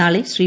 നാളെ ശ്രീ